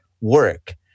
work